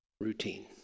routine